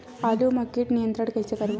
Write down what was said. आलू मा कीट नियंत्रण कइसे करबो?